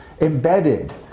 embedded